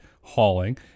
hauling